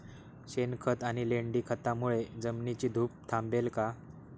शेणखत आणि लेंडी खतांमुळे जमिनीची धूप थांबेल का?